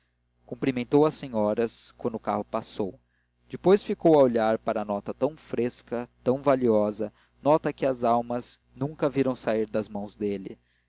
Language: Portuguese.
cumprimentou as senhoras quando o carro passou depois ficou a olhar para a nota tão fresca tão valiosa nota que almas nunca viram sair das mãos dele